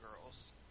girls